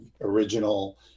original